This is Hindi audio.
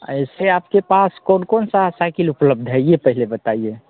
ऐसे आपके पास कौन कौन सी साइकिल उपलब्ध है यह पहले बताइए